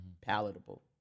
palatable